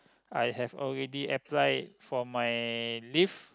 I have already apply for my leave